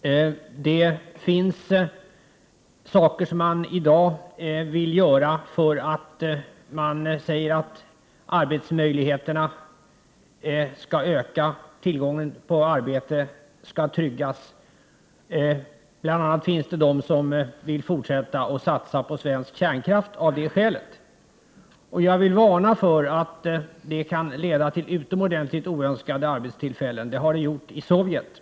Det finns saker som man i dag vill göra för att arbetsmöjligheterna skall öka och tillgången på arbete skall tryggas. Det finns bl.a. de som vill fortsätta att satsa på svensk kärnkraft av det skälet. Jag vill varna för att det kan leda till utomordentligt oönskade arbetstillfällen. Det har det gjort i Sovjetunionen.